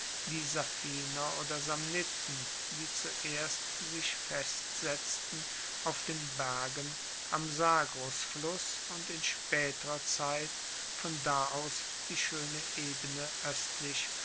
die safiner oder samniten die zuerst sich festsetzten auf den bergen am sagrusfluss und in spaeterer zeit von da aus die schoene ebene oestlich